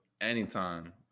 anytime